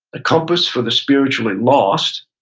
a compass for the spiritually lost,